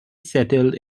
settled